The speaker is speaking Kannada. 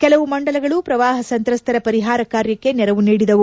ಕೆಲವು ಮಂಡಲಗಳು ಪ್ರವಾಹ ಸಂತ್ರಸ್ತರ ಪರಿಹಾರ ಕಾರ್ಯಕ್ಕೆ ನೆರವು ನೀಡಿದವು